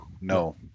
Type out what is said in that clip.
No